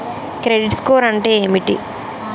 Credit score అంటే ఏమిటి?